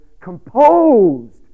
composed